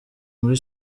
muri